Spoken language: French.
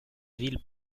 ville